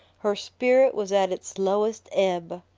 her spirit was at its lowest ebb.